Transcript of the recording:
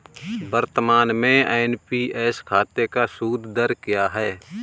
वर्तमान में एन.पी.एस खाते का सूद दर क्या है?